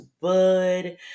bud